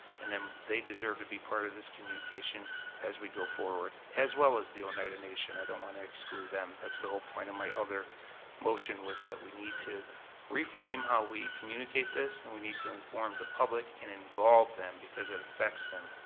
and they deserve to be part of this communication as we go forward. as well as the oneida nation, i want to exclude them, that's the whole point of my other motion was that we need to reframe how we communicate this, and we need to inform the public and involve them, because it affects them,